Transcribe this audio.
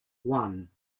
one